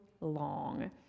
long